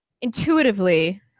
intuitively